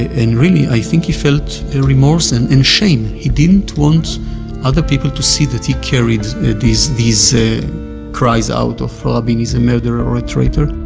and really, i think he felt remorse and and shame. he didn't want other people to see that he carried these these cries out of rabin is a murderer or a traitor